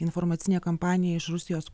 informacinė kampanija iš rusijos